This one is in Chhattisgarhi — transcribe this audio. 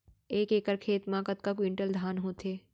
एक एकड़ खेत मा कतका क्विंटल धान होथे?